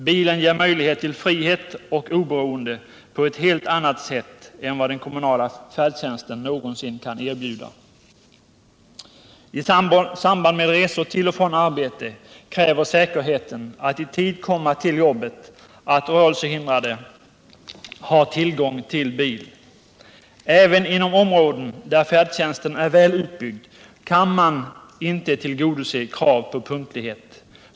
Bilen ger möjlighet till frihet och oberoende på ett helt annat sätt än den kommunala färdtjänsten någonsin kan göra. I samband med resor till och från arbetet krävs för att rörelsehindrade säkert skall komma i tid till jobbet att de har tillgång till bil. Inte ens inom områden där färdtjänsten är väl utbyggd kan man tillgodose krav på punktlighet.